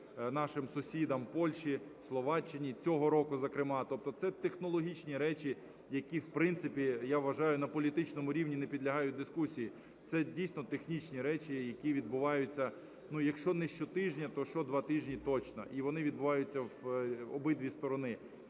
нашим сусідам Польщі, Словаччині цього року зокрема. Тобто це технологічні речі, які, в принципі, я вважаю, на політичному рівні не підлягають дискусії. Це дійсно технічні речі, які відбуваються, ну, якщо не щотижня, то щодватижні точно, і вони відбуваються в обидві сторони